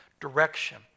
direction